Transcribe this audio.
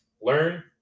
learn